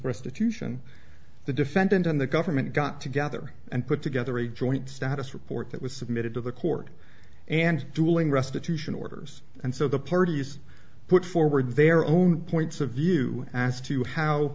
restitution the defendant and the government got together and put together a joint status report that was submitted to the court and dueling restitution orders and so the parties put forward their own points of view as to how